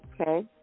Okay